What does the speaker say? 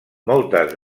moltes